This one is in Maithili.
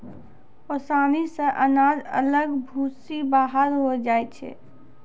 ओसानी से अनाज अलग भूसी बाहर होय जाय छै